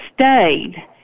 stayed